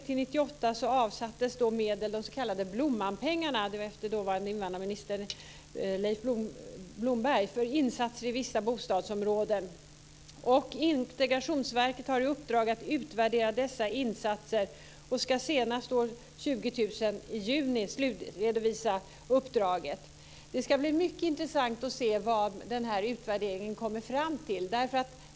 Blomberg, för insatser i vissa bostadsområden. Integrationsverket har i uppdrag att utvärdera dessa insatser och ska senast i juni år 2000 slutredovisa uppdraget. Det ska bli mycket intressant att se vad man i den här utvärderingen kommer fram till.